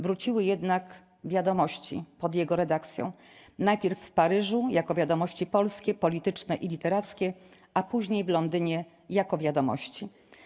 Wróciły jednak 'Wiadomości...' pod jego redakcją: najpierw w Paryżu jako 'Wiadomości Polskie, Polityczne i Literackie', a później w Londynie jako 'Wiadomości'